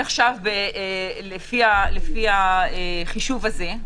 לפי החישוב הזה,